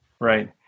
Right